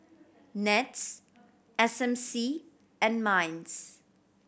NETS S M C and MINDS